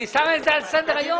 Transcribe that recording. אני שם את זה על סדר היום.